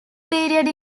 period